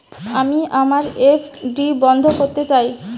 আমি আমার এফ.ডি বন্ধ করতে চাই